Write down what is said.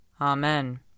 Amen